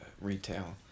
retail